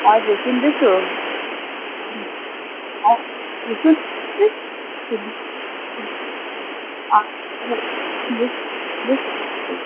हजुर सुन्दैछु